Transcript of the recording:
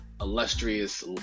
illustrious